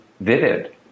vivid